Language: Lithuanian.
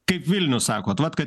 kaip vilnius sakot vat kad